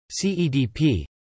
CEDP